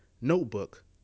notebook